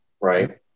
right